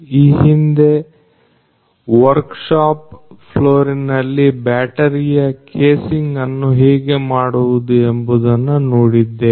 ಈ ಹಿಂದೆ workshop ಫ್ಲೋರಿನಲ್ಲಿ ಬ್ಯಾಟರಿಯ ಕೇಸಿಂಗ್ ಅನ್ನು ಹೇಗೆ ಮಾಡುವುದು ಎಂಬುದನ್ನು ನೋಡಿದ್ದೇವೆ